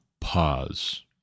pause